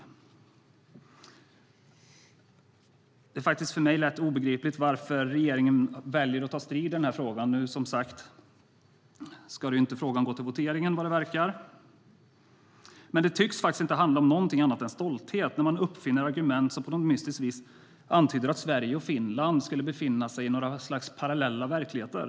För mig är det faktiskt lätt obegripligt varför regeringen väljer att ta strid i den här frågan. Nu verkar det ju som att frågan inte ens ska gå till votering. Det tycks faktiskt inte handla om något annat än stolthet när man uppfinner argument som på något mystiskt vis antyder att Sverige och Finland skulle befinna sig något slags i parallella verkligheter.